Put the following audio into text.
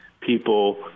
people